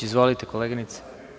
Izvolite, koleginice.